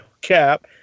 cap